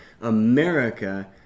America